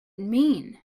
mean